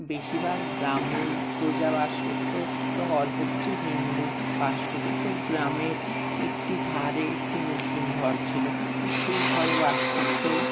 বেশিরভাগ ব্রাহ্মণ প্রজা বাস করতো এবং অল্প কিছু হিন্দু বাস করতো তো গ্রামের একটি ধারে একটি মুসলিম ঘর ছিল তো সেই ঘরে বাস করতো